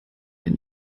ein